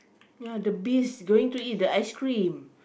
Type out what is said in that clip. ya the beast going to eat the ice cream